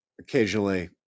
occasionally